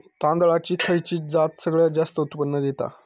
तांदळाची खयची जात सगळयात जास्त उत्पन्न दिता?